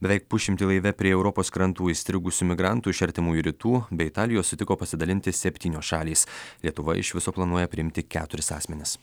beveik pusšimtį laive prie europos krantų įstrigusių migrantų iš artimųjų rytų bei italijos sutiko pasidalinti septynios šalys lietuva iš viso planuoja priimti keturis asmenis